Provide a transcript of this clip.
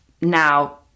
now